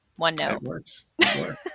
OneNote